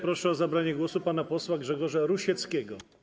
Proszę o zabranie głosu pana posła Grzegorza Rusieckiego.